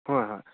ꯍꯣꯏ ꯍꯣꯏ